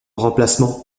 remplacement